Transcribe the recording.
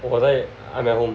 我在 I'm at home